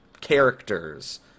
characters